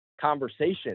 conversation